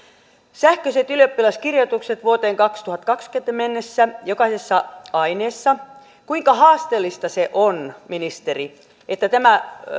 sähköiset ylioppilaskirjoitukset vuoteen kaksituhattakaksikymmentä mennessä jokaisessa aineessa kuinka haasteellista se on ministeri että tämä